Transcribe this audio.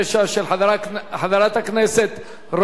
של חברת הכנסת רונית תירוש,